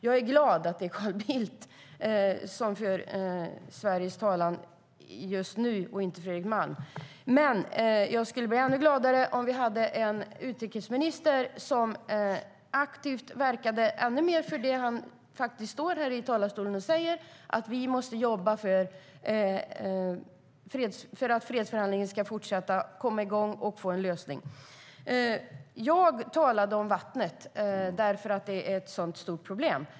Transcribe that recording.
Jag är glad att det är Carl Bildt som för Sveriges talan just nu och inte Fredrik Malm. Men jag skulle bli ännu gladare om vi hade en utrikesminister som aktivt verkade ännu mer för det han står här i talarstolen och säger, nämligen att vi måste jobba för att fredsförhandlingen ska fortsätta, komma i gång och få en lösning. Jag talade om vattnet därför att det är ett stort problem.